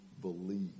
believe